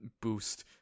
boost